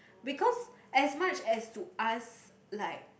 because as much as to ask like